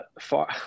far